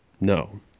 no